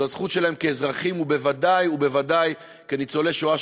זו הזכות שלהם כאזרחים ,ובוודאי ובוודאי כניצולי שואה,